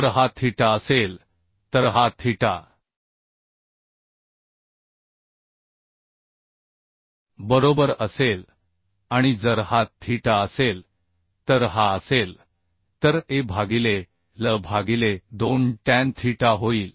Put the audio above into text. जर हा थीटा असेल तर हा थीटा बरोबर असेल आणि जर हा थीटा असेल तर हा आह असेल तर a भागिले l भागिले 2 टॅन थीटा होईल